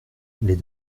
les